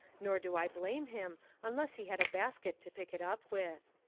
nor do i blame him unless he had a basket to pick it up with.